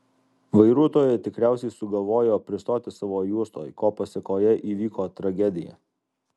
vairuotoja tikriausiai sugalvojo pristoti savo juostoj ko pasėkoje įvyko tragedija